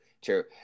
True